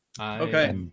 Okay